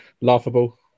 laughable